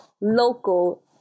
local